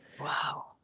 Wow